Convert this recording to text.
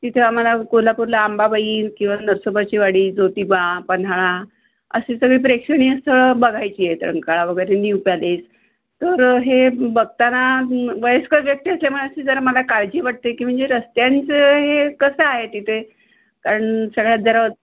तिथं आम्हाला कोल्हापूरला आंबाबाई किंवा नरसोबाची वाडी ज्योतिबा पन्हाळा असे सगळी प्रेक्षणीय स्थळं बघायची आहेत रंकाळा वगैरे न्यू पॅलेस तर हे बघताना वयस्कर व्यक्ती असल्यामुळे अशी जरा मला काळजी वाटते की म्हणजे रस्त्यांचं हे कसं आहे तिथे कारण सगळ्याच जरा